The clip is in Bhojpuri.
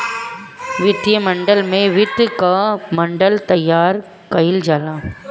वित्तीय मॉडल में वित्त कअ मॉडल तइयार कईल जाला